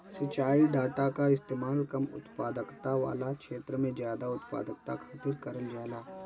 सिंचाई डाटा कअ इस्तेमाल कम उत्पादकता वाला छेत्र में जादा उत्पादकता खातिर करल जाला